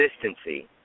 consistency